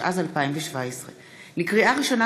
התשע"ז 2017. לקריאה ראשונה,